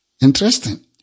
Interesting